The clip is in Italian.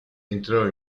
entrò